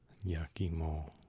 Yakimo